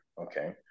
okay